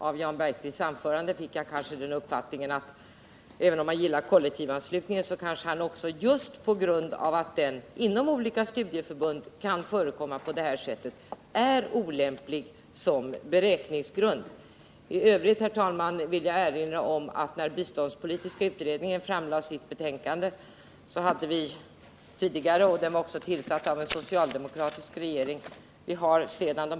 Av Jan Bergqvists anförande kunde man få uppfattningen att han menar att kollektivanslutningen, även om han gillar denna, just därför att den på detta sätt kan förekomma inom olika studieförbund är olämplig som beräkningsgrund. Herr talman! I övrigt vill jag erinra om att den biståndspolitiska utredningen tillsattes av en socialdemokratisk regering som också satt när utredningen framlade sitt betänkande.